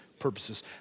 purposes